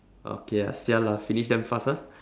okay lah sia lah finish damn fast ah